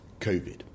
COVID